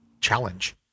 challenge